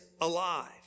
alive